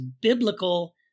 biblical